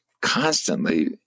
constantly